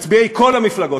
מצביעי כל המפלגות,